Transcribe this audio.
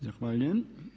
Zahvaljujem.